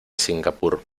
singapur